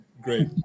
great